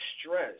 stress